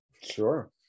sure